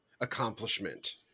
accomplishment